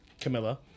Camilla